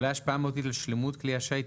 אולי "השפעה מהותית על שלמות כלי השיט,